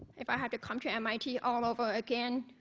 if i had to come to mit all over again,